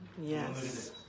Yes